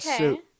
Okay